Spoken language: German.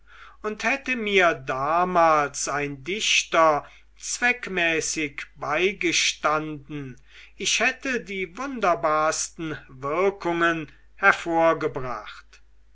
und hätte mir damals ein dichter zweckmäßig beigestanden ich hätte die wunderbarsten wirkungen hervorgebracht